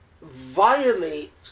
violate